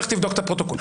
לך תבדוק את הפרוטוקול.